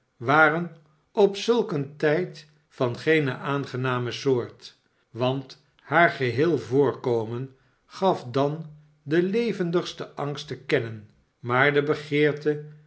waren op zulk een tijd van geene aangename soort want haar geheel voorkomen gaf dan den levendigsten angst te kennen maar de begeerte